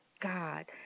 God